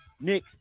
Nick